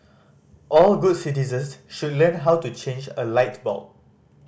all good citizens should learn how to change a light bulb